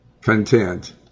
content